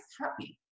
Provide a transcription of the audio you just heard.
happy